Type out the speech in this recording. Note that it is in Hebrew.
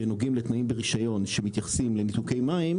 שנוגעים לתנאים ברשיון, שמתייחסים לניתוקי מים,